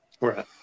Right